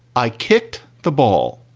i kicked the ball.